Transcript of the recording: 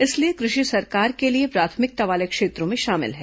इसलिए कृषि सरकार के लिए प्राथमिता वाले क्षेत्रों में शामिल है